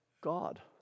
God